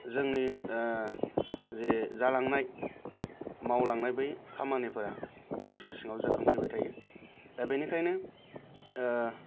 जोंनि जे जालांनाय मावलांनाय बै खामानिफोरा गोसो सिङाव जाखांफैबाय थायो दा बेनिखायनो